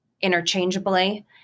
interchangeably